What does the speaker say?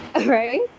right